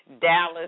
Dallas